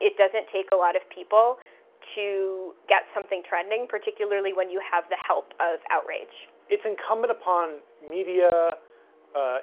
it doesn't take a lot of people to get something trending, particularly when you have the help of outrage. it's incumbent upon media